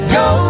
go